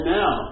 now